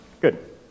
Good